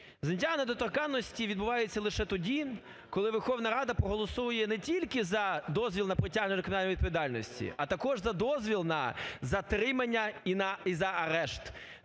Зняття недоторканності відбувається лише тоді, коли Верховна Рада проголосує не тільки за дозвіл на притягнення до кримінальної відповідальності, а також за дозвіл на затримання і за арешт,